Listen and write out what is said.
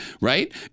right